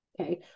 Okay